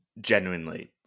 genuinely